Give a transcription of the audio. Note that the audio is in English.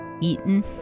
Eaten